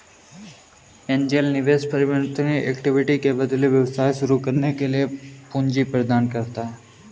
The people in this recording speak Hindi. एंजेल निवेशक परिवर्तनीय इक्विटी के बदले व्यवसाय शुरू करने के लिए पूंजी प्रदान करता है